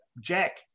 Jack